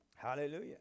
Hallelujah